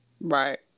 Right